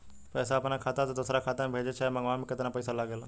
पैसा अपना खाता से दोसरा खाता मे भेजे चाहे मंगवावे में केतना पैसा लागेला?